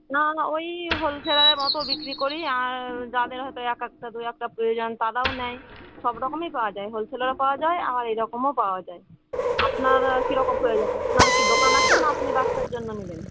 না না ওই হোলসেলারের মতো বিক্রি করি আর যাদের হয়তো একেকটা দু একটা প্রয়োজন তারাও নেয় সব রকমই পাওয়া যায় হোলসেলারও পাওয়া যায় আর এরকমও পাওয়া যায় আপনার কী রকম প্রয়োজন আপনার কি দোকান আছে না আপনি বাচ্চার জন্য নেবেন